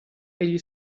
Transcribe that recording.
egli